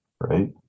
Right